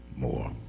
More